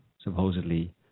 supposedly